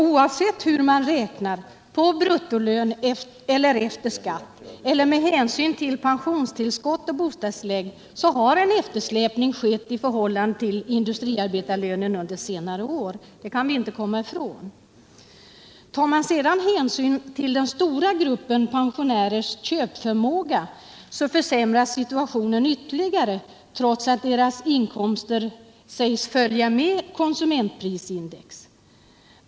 Oavsett hur man räknar — på bruttolön, efter skatt eller med hänsyn till pensionstillskott och bostadstillägg — har en eftersläpning skett i förhållande till industriarbetarlönen under senare år. Det kan vi inte komma ifrån. Tar man sedan hänsyn till den stora köpförmågan hos den stora gruppen pensionärer försämras situationen ytterligare trots att dessas inkomster sägs följa konsumentprisindex.